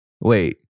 Wait